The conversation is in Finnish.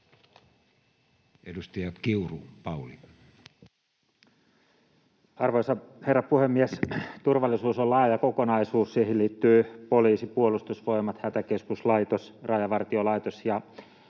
15:58 Content: Arvoisa herra puhemies! Turvallisuus on laaja kokonaisuus, siihen liittyy poliisi, Puolustusvoimat, Hätäkeskuslaitos, Rajavartiolaitos ja